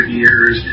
years